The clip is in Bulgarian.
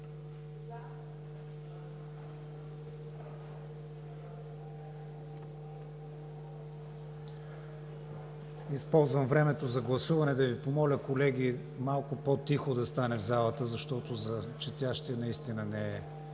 Използвам времето за гласуване да Ви помоля, колеги, малко по-тихо да стане в залата, защото за четящия наистина не е